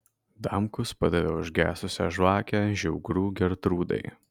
damkus padavė užgesusią žvakę žiaugrų gertrūdai